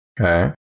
Okay